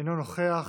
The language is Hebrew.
אינו נוכח,